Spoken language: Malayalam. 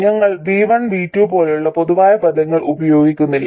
ഞങ്ങൾ V1 V2 പോലുള്ള പൊതുവായ പദങ്ങൾ ഉപയോഗിക്കുന്നില്ല